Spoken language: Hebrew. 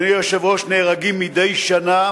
אדוני היושב-ראש, נהרגים מדי שנה